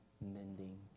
mending